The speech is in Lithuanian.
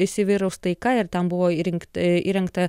įsivyraus taika ir ten buvo įrengti įrengta